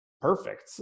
perfect